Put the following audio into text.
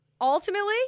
ultimately